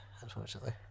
unfortunately